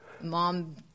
Mom